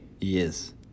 Yes